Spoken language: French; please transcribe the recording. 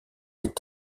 des